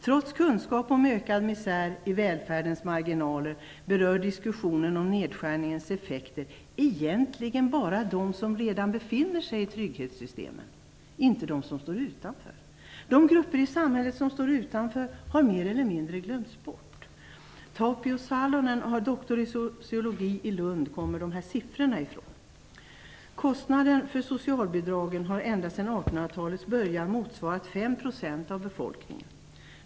Trots kunskap om ökad misär i välfärdens marginaler berör diskussionen om nedskärningens effekter egentligen bara dem som redan befinner sig i trygghetssystemen, inte dem som står utanför. De grupper i samhället som står utanför har mer eller mindre glömts bort. Tapio Salonen, doktor i sociologi i Lund, kommer de här siffrorna ifrån. Kostnaden för socialbidragen har ända sedan 1800-talats början motsvarat 5 % av befolkningen.